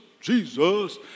Jesus